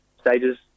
stages